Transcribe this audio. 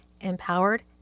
empowered